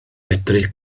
medru